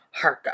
harka